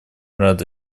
рада